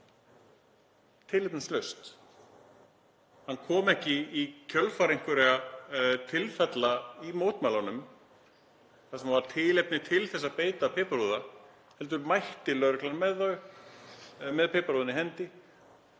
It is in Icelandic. tilefnislaust. Hann kom ekki í kjölfar einhverra tilfella í mótmælunum þar sem var tilefni til þess að beita piparúða heldur mætti lögreglan með piparúðann í hendi.